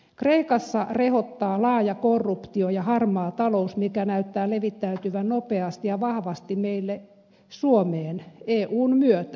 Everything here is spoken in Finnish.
kreikassa rehottaa laaja korruptio ja harmaa talous jotka näyttävät levittäytyvän nopeasti ja vahvasti meille suomeen eun myötä